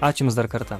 ačiū jums dar kartą